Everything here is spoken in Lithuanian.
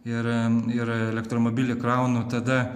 ir ir elektromobilį kraunu tada